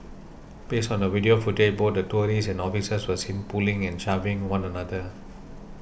based on the video footage both the tourists and officers were seen pulling and shoving one another